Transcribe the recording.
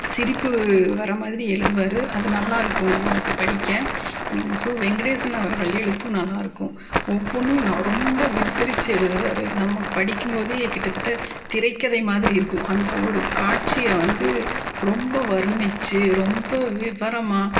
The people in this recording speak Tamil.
சிரிப்பு வர மாதிரி எழுதுவார் அது நல்லாயிருக்கும் நம்மளுக்கு படிக்க சு வெங்கடேசன் அவர்கள் எழுத்தும் நல்லாயிருக்கும் ஒவ்வொன்றும் ரொம்ப விவரித்து எழுதுவார் நம்மக் படிக்கும் போதே கிட்டத்தட்ட திரைக்கதை மாதிரி இருக்கும் அந்த ஒரு காட்சியை வந்து ரொம்ப வர்ணித்து ரொம்ப விவரமா